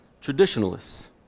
traditionalists